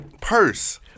purse